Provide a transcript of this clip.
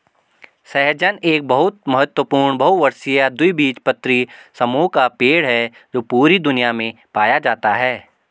सहजन एक बहुत महत्वपूर्ण बहुवर्षीय द्विबीजपत्री समूह का पेड़ है जो पूरी दुनिया में पाया जाता है